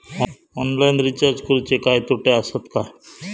Online recharge करुचे काय तोटे आसत काय?